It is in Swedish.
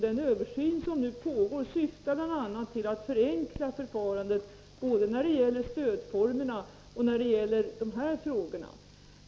Den översyn som nu pågår syftar bl.a. till att förenkla förfarandet både när det gäller stödformerna och när det gäller de här frågorna.